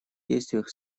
действиях